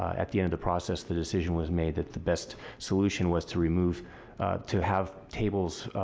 at the end of the process the decision was made that the best solution was to remove to have tables,